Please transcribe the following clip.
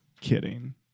kidding